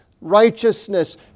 righteousness